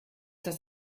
das